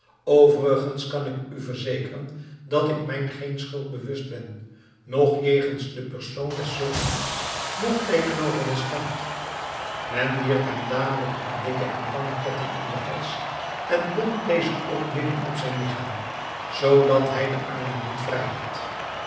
overigens kan ik u verzekeren dat ik mij geen schuld bewust ben noch jegens de persoon des sultans noch tegenover den staat men wierp hem dadelijk een dikken en langen ketting om den hals en bond dezen ook midden om zijn lichaam zoodat hij de armen niet vrij had